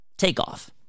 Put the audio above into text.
Takeoff